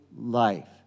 life